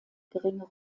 geringe